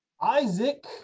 isaac